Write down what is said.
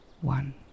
one